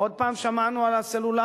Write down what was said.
עוד הפעם שמענו על הסלולרי?